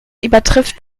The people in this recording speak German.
übertrifft